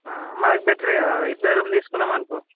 మనకి బెటరే కదా ఇద్దరం తీసుకున్నాము అనుకో